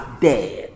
dead